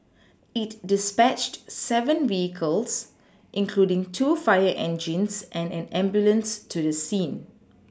it dispatched seven vehicles including two fire engines and an ambulance to the scene